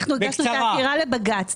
הגשנו את העתירה לבג"ץ.